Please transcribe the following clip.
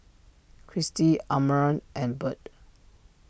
Kristy Amarion and Bird